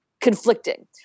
conflicting